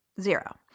Zero